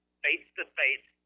face-to-face